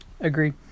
Agree